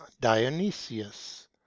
dionysius